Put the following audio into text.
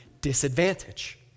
disadvantage